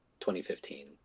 2015